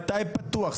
מתי פתוח,